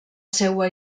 seua